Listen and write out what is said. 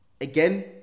again